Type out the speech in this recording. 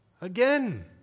Again